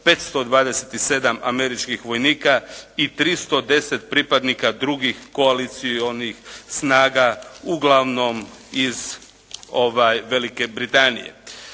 527 američkih vojnika i 310 pripadnika drugih koalicijskih snaga uglavnom iz Velike Britanije.